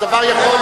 ואזרחות.